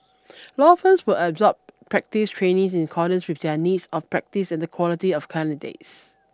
law firms will absorb practice trainees in accordance with their needs of their practice and the quality of the candidates